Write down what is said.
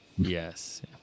Yes